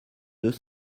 deux